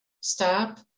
Stop